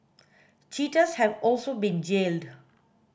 cheaters have also been jailed